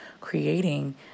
creating